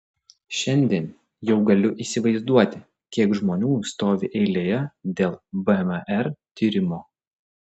šiandien jau galiu įsivaizduoti kiek žmonių stovi eilėje dėl bmr tyrimo